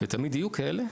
ותמיד יהיו כאלה,